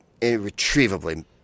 irretrievably